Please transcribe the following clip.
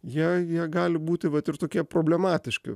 jei jie gali būti vat ir tokie problematiški